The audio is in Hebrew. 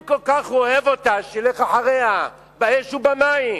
אם הוא כל כך אוהב אותה, שילך אחריה באש ובמים,